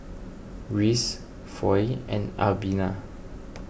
Reese Foy and Albina